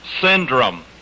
syndrome